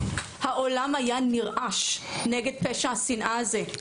העולם היה נרעש נגד פשע השנאה הזה.